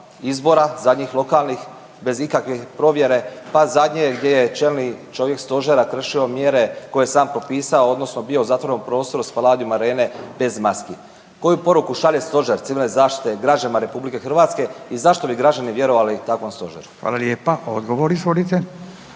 izbora zadnjih lokalnih bez ikakve provjere. Pa zadnje gdje je čelni čovjek stožera kršio mjere koje je sam propisao odnosno bio u zatvorenom prostoru Spaladium arene bez maski. Koju poruku šalje Stožer civilne zaštite građanima Republike Hrvatske i zašto bi građani vjerovali takvom stožeru? **Radin, Furio